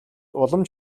улам